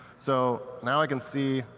so now i can see